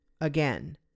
again